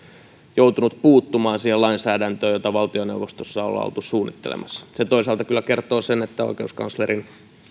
joutunut puuttumaan siihen lainsäädäntöön jota valtioneuvostossa ollaan oltu suunnittelemassa se toisaalta kyllä kertoo sen että oikeuskanslerin